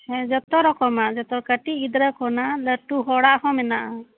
ᱦᱮᱸ ᱡᱚᱛᱚ ᱨᱚᱠᱚᱢᱟᱜ ᱠᱟᱹᱴᱤᱡ ᱜᱤᱫᱽᱨᱟᱹ ᱠᱷᱚᱱᱟᱜ ᱞᱟᱹᱴᱩ ᱦᱚᱲᱟᱜ ᱦᱚᱸ ᱢᱮᱱᱟᱜᱼᱟ